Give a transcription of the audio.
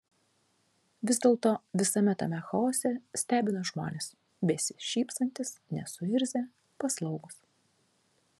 vis dėlto visame tame chaose stebina žmonės besišypsantys nesuirzę paslaugūs